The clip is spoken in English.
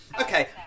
Okay